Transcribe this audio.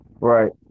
Right